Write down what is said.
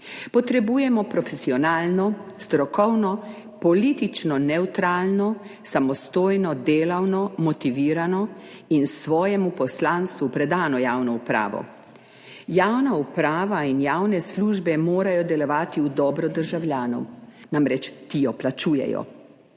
Potrebujemo profesionalno, strokovno, politično nevtralno, samostojno, delovno, motivirano in svojemu poslanstvu predano javno upravo. Javna uprava in javne službe morajo delovati v dobro državljanov, ti jo namreč plačujejo.